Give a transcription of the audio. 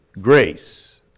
grace